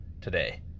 today